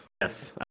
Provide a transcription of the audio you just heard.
Yes